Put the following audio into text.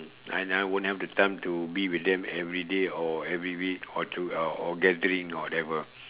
and I won't have the time to be with them everyday or every week or to or or gathering or whatever